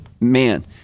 man